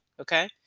Okay